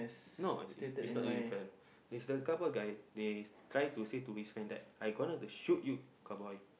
no is is not different there's the couple guy they try to say his friends right I gonna to shoot you cowboy